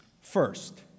First